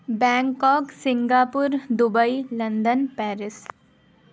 Bangkok Singapore Dubai London Paris